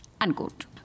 unquote